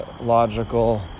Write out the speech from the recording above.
logical